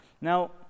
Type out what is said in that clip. Now